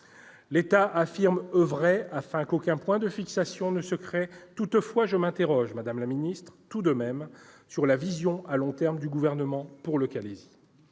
L'État affirme oeuvrer afin qu'aucun point de fixation ne se crée. Toutefois, je m'interroge, madame la ministre, sur la vision à long terme du Gouvernement pour le Calaisis.